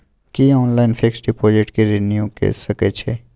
की online fix deposit के renew के सकै छी?